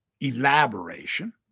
elaboration